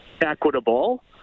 equitable